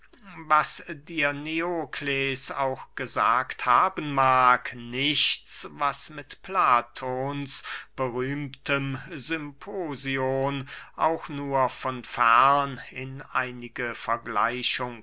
was dir neokles auch gesagt haben mag nichts was mit platons berühmtem symposion auch nur von fern in einige